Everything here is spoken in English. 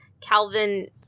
Calvin